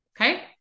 Okay